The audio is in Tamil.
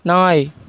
நாய்